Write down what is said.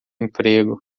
emprego